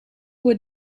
were